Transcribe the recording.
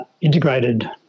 integrated